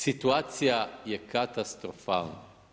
Situacija je katastrofalna.